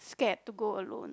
scared to go alone